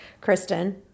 Kristen